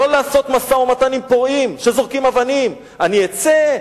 לא לעשות משא-ומתן עם פורעים שזורקים אבנים: אני אצא,